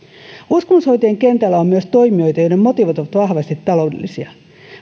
uskomushoitojen kentällä on myös toimijoita joiden motiivit ovat vahvasti taloudellisia